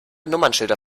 nummernschilder